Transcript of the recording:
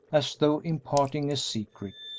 as though imparting a secret,